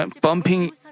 bumping